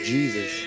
Jesus